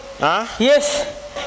yes